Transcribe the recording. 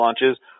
launches